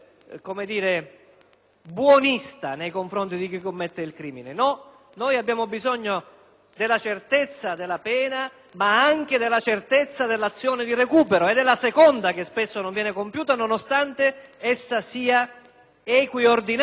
noi abbiamo bisogno della certezza della pena, ma anche della certezza dell'azione di recupero ed è la seconda che spesso non viene compiuta, nonostante essa sia equiordinata rispetto alla prima.